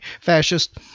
Fascist